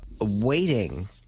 waiting